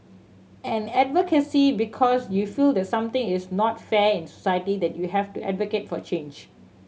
and advocacy because you feel that something is not fair in society that you have to advocate for change